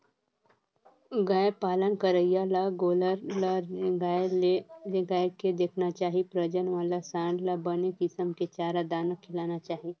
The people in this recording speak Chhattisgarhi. गाय पालन करइया ल गोल्लर ल रेंगाय के देखना चाही प्रजनन वाला सांड ल बने किसम के चारा, दाना खिलाना चाही